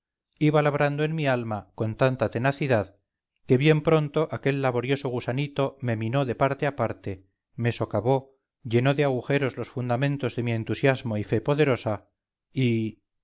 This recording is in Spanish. iba labrando en mi alma con tanta tenacidad que bien pronto aquel laborioso gusanito me minó de parte a parte me socavó llenó de agujeros los fundamentos de mi entusiasmo y fe poderosa y